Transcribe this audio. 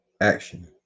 action